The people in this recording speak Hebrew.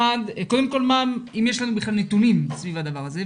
קודם כל אם יש לנו בכלל נתונים סביב הדבר הזה,